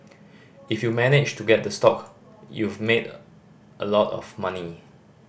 if you managed to get the stock you've made a lot of money